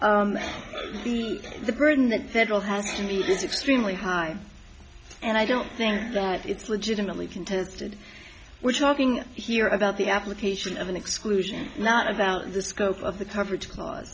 burden the federal has to meet is extremely high and i don't think that it's legitimately contested we're talking here about the application of an exclusion not about the scope of the coverage clause